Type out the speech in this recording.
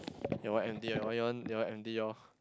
your one empty lor your your one your one empty lor